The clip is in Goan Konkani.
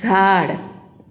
झाड